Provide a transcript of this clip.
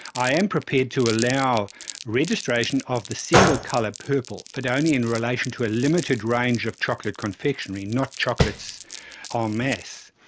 i am prepared to allow registration of the single colour purple but only in relation to a limited range of chocolate confectionary, not chocolates en um masse.